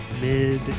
Mid